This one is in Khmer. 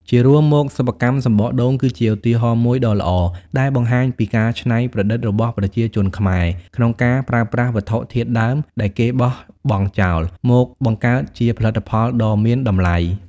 ជារួមមកសិប្បកម្មសំបកដូងគឺជាឧទាហរណ៍មួយដ៏ល្អដែលបង្ហាញពីការច្នៃប្រឌិតរបស់ប្រជាជនខ្មែរក្នុងការប្រើប្រាស់វត្ថុធាតុដើមដែលគេបោះបង់ចោលមកបង្កើតជាផលិតផលដ៏មានតម្លៃ។